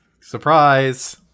surprise